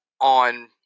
on